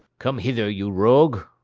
come hither, you rogue.